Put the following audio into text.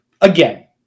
again